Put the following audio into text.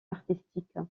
artistique